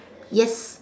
yes